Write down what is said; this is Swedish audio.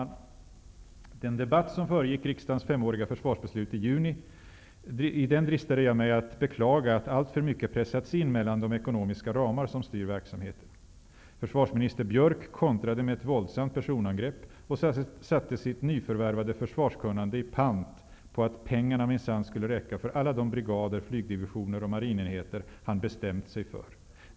Under den debatt som föregick riksdagens femåriga försvarsbeslut i juni dristade jag mig att beklaga att alltför mycket pressats in mellan de ekonomiska ramar som styr verksamheten. Försvarsminister Björck kontrade med ett våldsamt personangrepp och satte sitt nyförvärvade försvarskunnande i pant på att pengarna minsann skulle räcka för alla de brigader, flygdivisioner och marinenheter han bestämt sig för.